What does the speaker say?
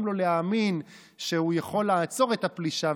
לו להאמין שהוא יכול לעצור את הפלישה,